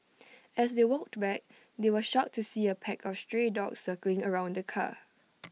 as they walked back they were shocked to see A pack of stray dogs circling around the car